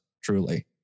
truly